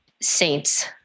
saints